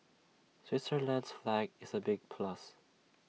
Switzerland's flag is A big plus